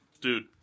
Dude